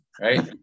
right